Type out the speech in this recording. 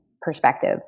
perspective